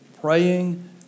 praying